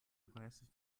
aggressive